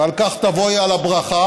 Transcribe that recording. ועל כך תבואי על הברכה.